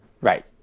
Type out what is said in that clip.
Right